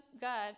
God